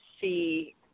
see